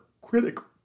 critical